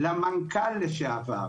למנכ"ל לשעבר,